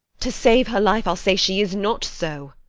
to save her life i'll say she is not so.